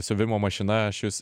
siuvimo mašina aš jus